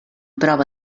prova